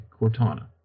Cortana